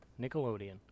Nickelodeon